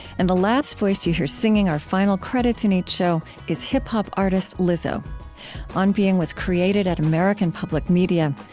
and the last voice that you hear singing our final credits in each show is hip-hop artist lizzo on being was created at american public media.